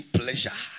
pleasure